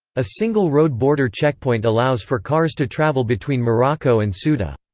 a single road border checkpoint allows for cars to travel between morocco and ceuta.